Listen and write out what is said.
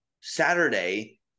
Saturday